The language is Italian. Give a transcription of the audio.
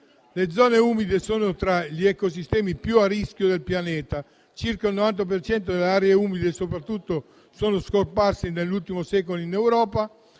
Le zone umide sono tra gli ecosistemi più a rischio del pianeta, circa il 90 per cento delle aree umide, soprattutto, è scomparso nell'ultimo secolo in Europa,